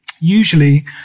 usually